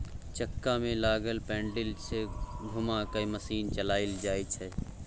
चक्का में लागल पैडिल सँ घुमा कय मशीन चलाएल जाइ छै